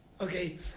Okay